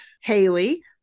Haley